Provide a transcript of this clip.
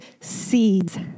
seeds